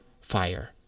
fire